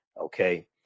Okay